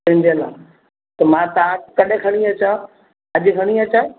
तंहिंजे लाइ त मां तव्हां वटि कॾहिं खणी अचां अॼु खणी अचां